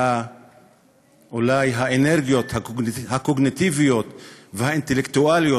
שהאנרגיות הקוגניטיביות והאינטלקטואליות,